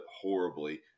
horribly